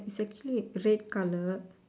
is actually red colour